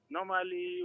Normally